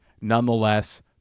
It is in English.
nonetheless